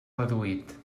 reduït